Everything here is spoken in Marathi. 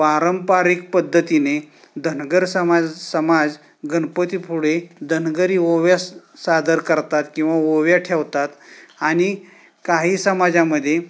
पारंपरिक पद्धतीने धनगर समाज समाज गणपतीपुढे धनगरी ओव्या सादर करतात किंवा ओव्या ठेवतात काही आणि समाजामध्ये